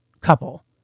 couple